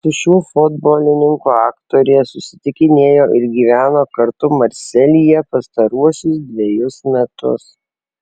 su šiuo futbolininku aktorė susitikinėjo ir gyveno kartu marselyje pastaruosius dvejus metus